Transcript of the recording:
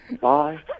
Bye